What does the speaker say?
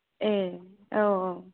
ए औ औ